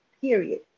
period